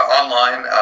online